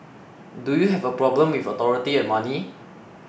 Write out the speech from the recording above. do you have a problem with authority and money